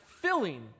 filling